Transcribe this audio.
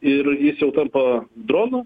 ir jis jau tampa dronu